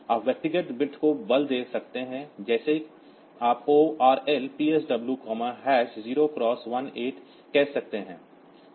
आप व्यक्तिगत बिट्स को बल दे सकते हैं जैसे आप ORL PSW0x18 कह सकते हैं